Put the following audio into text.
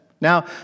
Now